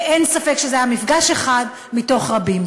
ואין ספק שזה היה מפגש אחד מתוך רבים.